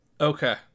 Okay